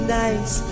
nice